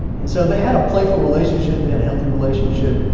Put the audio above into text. and so they had a playful relationship, they had a healthy relationship.